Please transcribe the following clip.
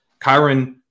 Kyron